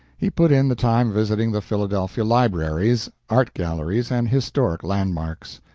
he put in the time visiting the philadelphia libraries, art galleries, and historic landmarks.